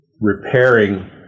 repairing